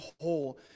whole